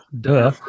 Duh